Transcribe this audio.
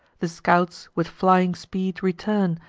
the scouts with flying speed return,